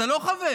אתה לא חבר.